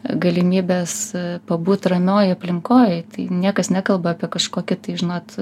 galimybės pabūti ramioj aplinkoj tai niekas nekalba apie kažkokį tai žinot